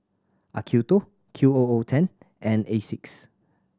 Acuto Q O O ten and Asics